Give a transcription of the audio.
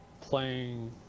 playing